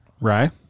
Right